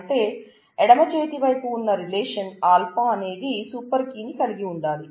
అంటే ఎడమ చేతి వైపు ఉన్న రిలేషన్ α అనేది సూపర్ కీ ని కలిగి ఉండాలి